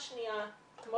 דוגמה שניה, כמו